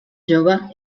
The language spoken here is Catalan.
jove